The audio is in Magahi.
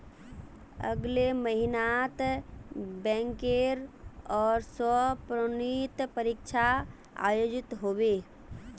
अगले महिनात बैंकेर ओर स प्रोन्नति परीक्षा आयोजित ह बे